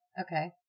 Okay